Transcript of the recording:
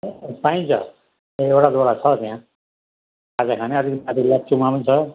पाइन्छ एउटा दुईवटा छ त्या खाजा खाने अलिकति माथि लप्चूमा पनि छ